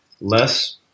less